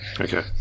okay